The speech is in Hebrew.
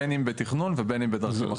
בין אם בתכנון ובין אם בדרכים אחרות.